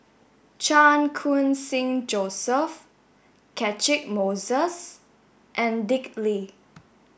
Chan Khun Sing Joseph Catchick Moses and Dick Lee